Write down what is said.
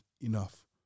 enough